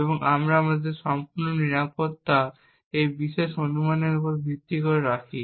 এবং আমরা আমাদের সম্পূর্ণ নিরাপত্তা এই বিশেষ অনুমানের উপর ভিত্তি করে রাখি